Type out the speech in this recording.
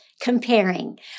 comparing